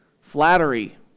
Flattery